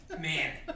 Man